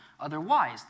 otherwise